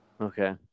Okay